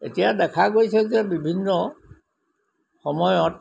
এতিয়া দেখা গৈছে যে বিভিন্ন সময়ত